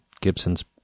gibson's